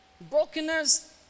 brokenness